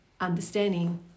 understanding